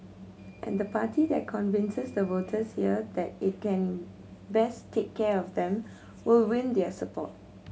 and the party that convinces the voters here that it can best take care of them will win their support